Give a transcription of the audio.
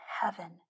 heaven